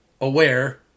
aware